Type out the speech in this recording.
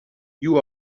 you